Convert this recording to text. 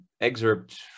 excerpt